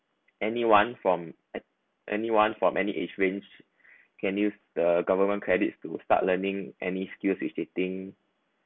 anyone from anyone from any age range can use the government credits to start learning any skills which listing